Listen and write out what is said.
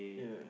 yeah